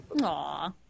Aw